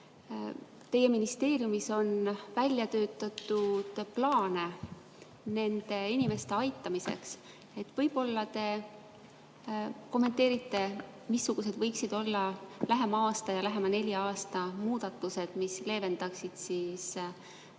teie ministeeriumis on välja töötatud plaane nende inimeste aitamiseks. Võib-olla te kommenteerite, missugused võiksid olla lähema aasta ja lähema nelja aasta muudatused, mis leevendaksid hoolduse